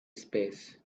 space